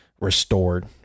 restored